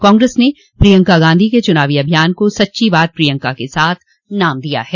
कांग्रेस ने प्रियंका गांधी के चुनावी अभियान को सच्ची बात प्रियंका के साथ नाम दिया है